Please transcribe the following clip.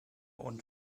und